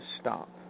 stop